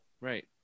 Right